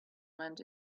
went